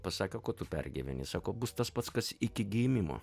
pasakė ko tu pergyveni sako bus tas pats kas iki gimimo